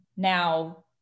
Now